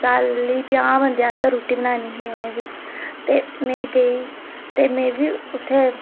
चाली पंजाह् बंदे आस्तै रुट्टी बनानी ही उ'नें बी ते में गेई ते में बी उत्थै